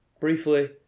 briefly